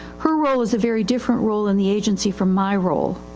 her role is a very different role in the agency from my role.